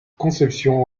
conception